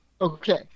Okay